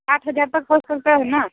आठ हजार तक हो सकता है ना